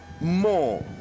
more